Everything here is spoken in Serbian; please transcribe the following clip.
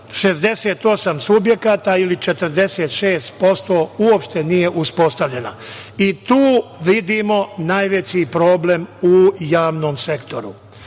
68 subjekata ili 46% uopšte nije uspostavljena. Tu vidimo najveći problem u javnom sektoru. Dakle,